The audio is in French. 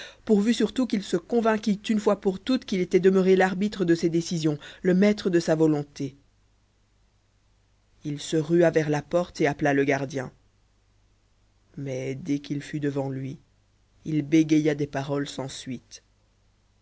pourvu surtout qu'il se convainquît une fois pour toutes qu'il était demeuré l'arbitre de ses décisions le maître de sa volonté il se rua vers la porte et appela le gardien mais dès qu'il fut devant lui il bégaya des paroles sans suite